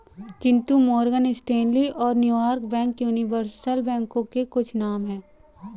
Chintu Morgan Stanley और New York bank universal बैंकों के कुछ नाम है